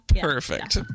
Perfect